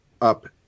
up